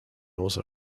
also